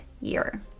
year